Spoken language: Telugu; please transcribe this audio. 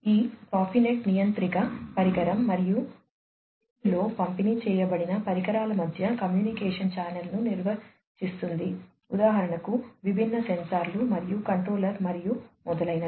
ఈ ప్రొఫినెట్ నియంత్రిక పరికరం మరియు ఫీల్డ్లో పంపిణీ చేయబడిన పరికరాల మధ్య కమ్యూనికేషన్ ఛానెల్ను నిర్వచిస్తుంది ఉదాహరణకు విభిన్న సెన్సార్లు మరియు కంట్రోలర్ మరియు మొదలైనవి